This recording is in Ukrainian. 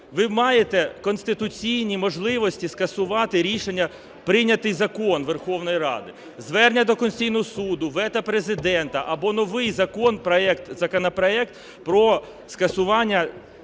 Ви маєте конституційні можливості скасувати рішення, прийнятий закон Верховної Ради, звернення до Конституційного Суду, вето Президента або новий законопроект про скасування